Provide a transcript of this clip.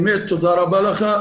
באמת תודה רבה לך.